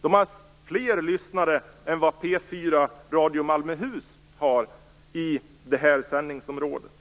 De har fler lyssnare än vad P 4 Radio Malmöhus har i det här sändningsområdet.